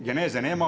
Geneze nema.